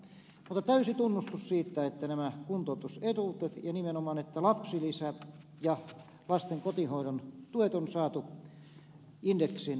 mutta täysi tunnustus siitä että nämä kuntoutusetuudet ja nimenomaan lapsilisä ja lasten kotihoidon tuet on saatu indeksin pariin